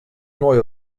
neue